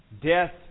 death